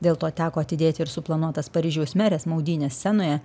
dėl to teko atidėti ir suplanuotas paryžiaus merės maudynes senoje